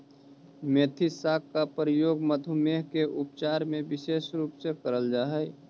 मेथी साग का प्रयोग मधुमेह के उपचार में विशेष रूप से करल जा हई